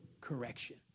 correction